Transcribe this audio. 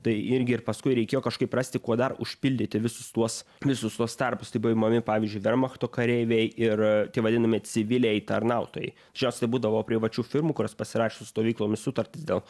tai irgi ir paskui reikėjo kažkaip rasti kuo dar užpildyti visus tuos visus tuos tarpus tai buvo imami pavyzdžiui vermachto kareiviai ir tie vadinami civiliai tarnautojai greičiausiai tai būdavo privačių firmų kurios pasirašė su stovyklomis sutartis dėl